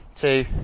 two